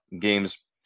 games